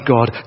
God